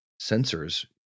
sensors